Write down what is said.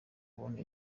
kubona